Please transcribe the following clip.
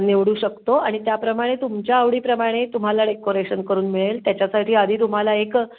निवडू शकतो आणि त्याप्रमाणे तुमच्या आवडीप्रमाणे तुम्हाला डेकोरेशन करून मिळेल त्याच्यासाठी आधी तुम्हाला एक